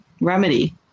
remedy